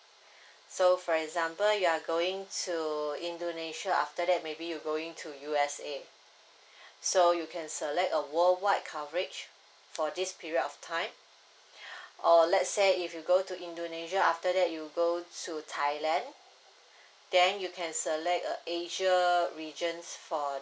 so for example you're going to indonesia after that maybe you going to U_S_A so you can select a worldwide coverage for this period of time or let's say if you go to indonesia after that you go to thailand then you can select a asia regions for